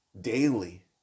daily